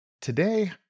today